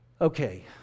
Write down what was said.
Okay